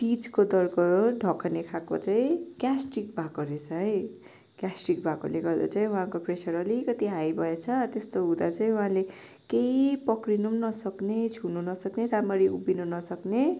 तिजको दरको ढकने खाएको चाहिँ ग्यास्ट्रिक भएको रहेछ है ग्यास्ट्रिक भएकोले गर्दा चाहिँ उहाँको प्रेसर अलिकति हाई भएछ त्यस्तो हुँदा चाहिँ उहाँले केही पक्रिनु पनि नसक्ने छुनु नसक्ने राम्ररी उभिनु नसक्ने